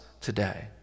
today